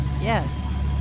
Yes